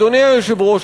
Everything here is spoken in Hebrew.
אדוני היושב-ראש,